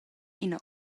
ina